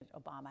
Obama